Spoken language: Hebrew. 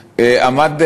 עמד,